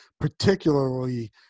particularly